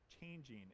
changing